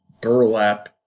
burlap